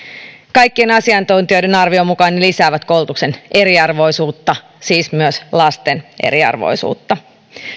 kaikkien asiantuntijoiden arvion mukaan ne lisäävät koulutuksen eriarvoisuutta siis myös lasten eriarvoisuutta